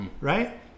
right